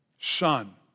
son